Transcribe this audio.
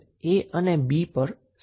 આમ આ રીતે તમે શું કહી શકો છો